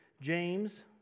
James